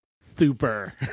super